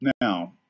now